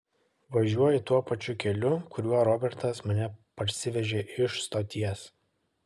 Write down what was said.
važiuoju tuo pačiu keliu kuriuo robertas mane parsivežė iš stoties